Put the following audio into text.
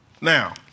Now